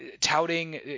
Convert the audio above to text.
touting